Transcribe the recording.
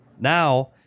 Now